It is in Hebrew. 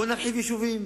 בואו ונרחיב יישובים.